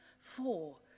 Four